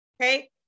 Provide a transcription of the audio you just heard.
Okay